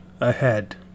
ahead